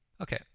Okay